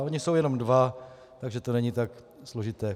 Oni jsou jenom dva, takže to není tak složité.